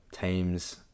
teams